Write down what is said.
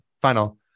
final